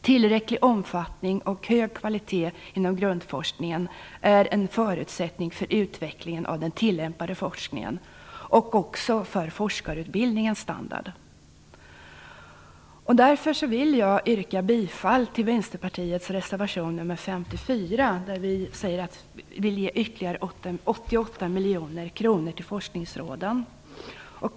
Tillräcklig omfattning och hög kvalitet inom grundforskningen är en förutsättning för utvecklingen av den tillämpade forskningen och också för forskarutbildningens standard. Därför vill jag yrka bifall till Vänsterpartiets reservation nr 54, där vi säger att vi vill ge ytterligare 88 miljoner kronor till forskningsråden.